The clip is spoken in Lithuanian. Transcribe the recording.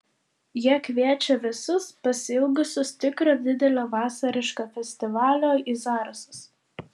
jie kviečia visus pasiilgusius tikro didelio vasariško festivalio į zarasus